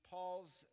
Paul's